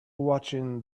watching